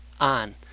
on